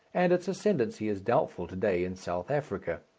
and its ascendency is doubtful to-day in south africa,